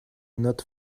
not